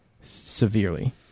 severely